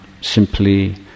simply